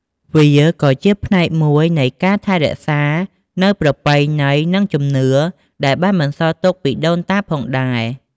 វាក៏ជាផ្នែកមួយនៃការថែរក្សានូវប្រពៃណីនិងជំនឿដែលបានបន្សល់ទុកពីដូនតាផងដែរ។